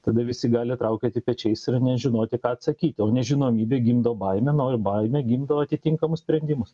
tada visi gali traukioti pečiais ir nežinoti ką atsakyti o nežinomybė gimdo baimę na o baimė gimdo atitinkamus sprendimus